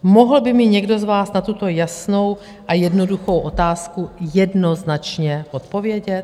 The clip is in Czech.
Mohl by mi někdo z vás na tuto jasnou a jednoduchou otázku jednoznačně odpovědět?